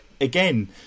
again